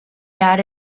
ara